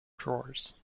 drawers